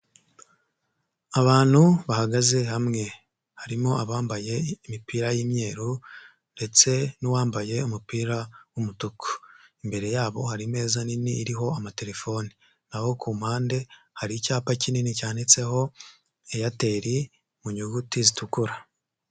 Abantu bahagaze hamwe harimo abambaye imipira y'umweruru ndetse n'uwambaye umupira w'umutuku, imbere yabo hari ameza nini iriho amaterefone, na ho ku mpande hari icyapa kinini cyanditseho eyateri mu nyuguti zitukura.